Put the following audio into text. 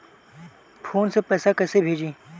Phone से पैसा कैसे भेजी?